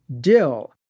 dill